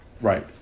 Right